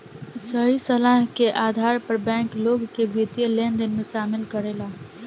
सही सलाह के आधार पर बैंक, लोग के वित्तीय लेनदेन में शामिल करेला